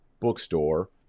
bookstore